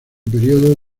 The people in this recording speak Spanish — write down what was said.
periodo